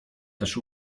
też